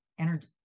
energy